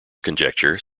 conjecture